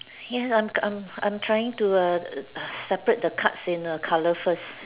ya I'm I'm I'm trying to err separate the cards in err colour first